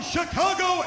Chicago